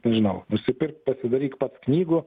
vyno nusipirkti pasidaryk pats knygų